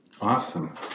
Awesome